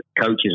coaches